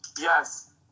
Yes